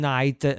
Night